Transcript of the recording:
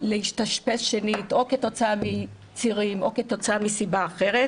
להתאשפז שנית או כתוצאה מצירים או כתוצאה מסיבה אחרת,